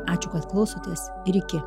ačiū kad klausotės ir iki